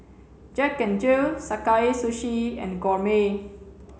Jack N Jill Sakae Sushi and Gourmet